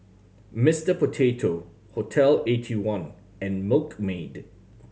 Mister Potato Hotel Eighty one and Milkmaid